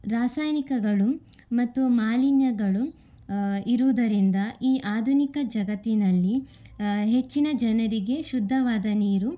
ರಾಸಾಯನಿಕಗಳು ಮತ್ತು ಮಾಲಿನ್ಯಗಳು ಇರೋದರಿಂದ ಈ ಆಧುನಿಕ ಜಗತ್ತಿನಲ್ಲಿ ಹೆಚ್ಚಿನ ಜನರಿಗೆ ಶುದ್ಧವಾದ ನೀರು